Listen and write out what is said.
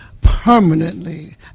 permanently